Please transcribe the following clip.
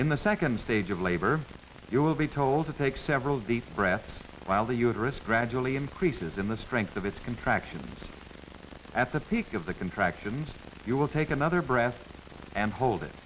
in the second stage of labor you will be told to take several deep breaths while the uterus gradually increases in the strength of its contractions at the peak of the contractions you will take another breast and hold it